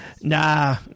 nah